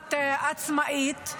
כמעט עצמאית,